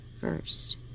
first